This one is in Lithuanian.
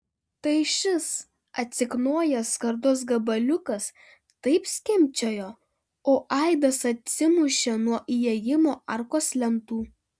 tai šis atsiknojęs skardos gabaliukas taip skimbčiojo o aidas atsimušė nuo įėjimo arkos lentų